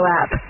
app